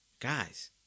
Guys